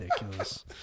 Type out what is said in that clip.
ridiculous